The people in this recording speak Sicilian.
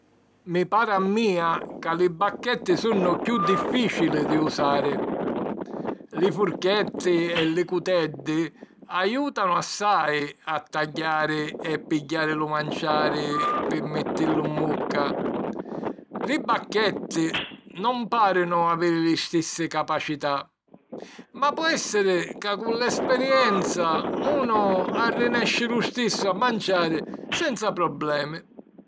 Mi pari a mia ca li bacchetti sunnu chiù dìfficili di usari. Li furchetti e li cuteddi aiutanu assai a tagghiari e pigghiari lu manciari pi mittillu 'n vucca. Li bacchetti non pàrinu aviri li stissi capacità ma po èssiri ca cu l'esperienza unu arrinesci lu stissu a manciari senza problemi.